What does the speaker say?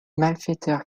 malfaiteurs